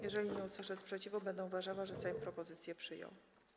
Jeżeli nie usłyszę sprzeciwu, będę uważała, że Sejm propozycję przyjął.